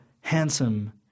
handsome